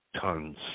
tons